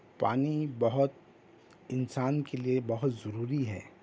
پانی بہت انسان کے لئے بہت ضروری ہے